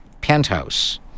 penthouse